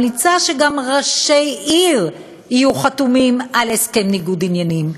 אני ממליצה שגם ראשי עיר יהיו חתומים על הסכם ניגוד עניינים.